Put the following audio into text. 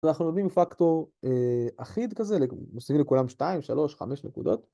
אז אנחנו עובדים עם פקטור אחיד כזה, מוסיפים לכולם 2, 3, 5 נקודות